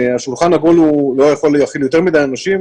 השולחן העגול לא יכול להכיל יותר מדי אנשים